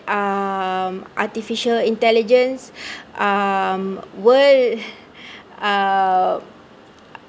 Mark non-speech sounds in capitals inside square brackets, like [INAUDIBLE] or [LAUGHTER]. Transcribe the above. um artificial intelligence [BREATH] um will uh